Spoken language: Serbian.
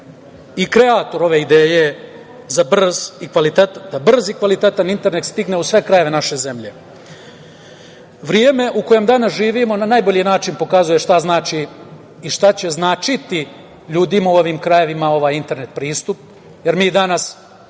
i kreator ove ideje da brz i kvalitetan internet stigne u sve krajeve naše zemlje. Vreme u kojem danas živimo na najbolji način pokazuje šta znači i šta će značiti ljudima u ovim krajevima internet pristup, jer mi danas